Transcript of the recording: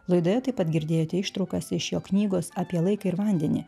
laidoje taip pat girdėjote ištraukas iš jo knygos apie laiką ir vandenį